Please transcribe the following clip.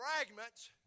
Fragments